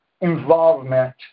involvement